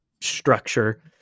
structure